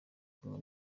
kumi